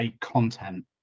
content